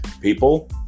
people